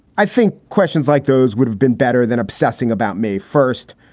i think questions like those would have been better than obsessing about may first.